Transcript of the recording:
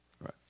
Right